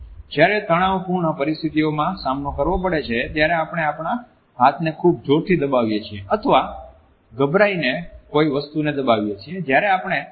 જ્યારે તણાવપૂર્ણ પરિસ્થિતિઓનો સામનો કરવો પડે છે ત્યારે આપણે આપણા હાથને ખુબ જોરથી દબાવીએ છીએ અથવા ગભરાય ને કોઈ વસ્તુ ને દબાવીએ છીએ